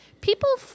People